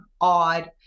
odd